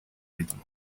ritmo